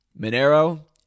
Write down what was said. Monero